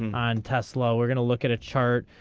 on tesla we're gonna look at a chart.